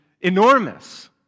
enormous